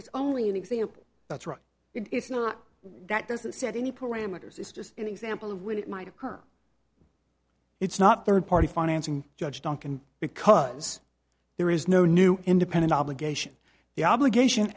it's only an example that's right it's not that doesn't set any parameters it's just an example of when it might occur it's not third party financing judge duncan because there is no new independent obligation the obligation